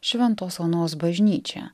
šventos onos bažnyčia